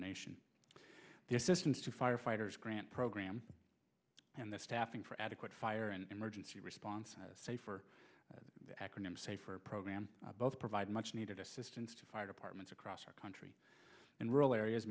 to firefighters grant program and the staffing for adequate fire and emergency response safer acronym safer program both provide much needed assistance to fire departments across our country in rural areas